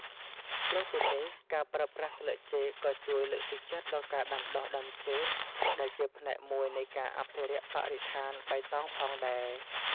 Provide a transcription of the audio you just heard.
លើសពីនេះ ការប្រើប្រាស់ស្លឹកចេកក៏ជួយ លើកទឹកចិត្តដល់ការដាំដុះដើមចេក ដែលជាផ្នែកមួយនៃការអភិរក្សបរិស្ថានបៃតងផងដែរ។